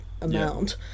amount